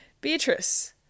Beatrice-